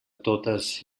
totes